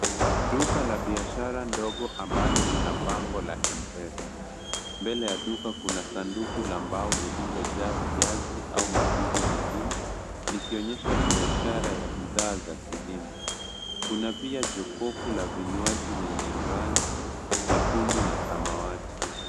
Duka la biashara ndogo ambalo lina bango la M-pesa, mbele ya duka kuna sanduku la mbao lililojaa viazi au mizizi mingine, likionyesha biashara ya bidhaa za kilimo, kuna pia jokofu la vinywaji lenye rangi nyekundu na samawati.